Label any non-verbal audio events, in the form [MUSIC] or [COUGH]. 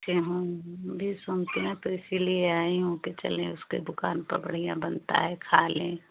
[UNINTELLIGIBLE] भी सुनते हैं तो इसीलिए आई हूँ चलें उसके दुकान पर बढ़िया बनता है खा लें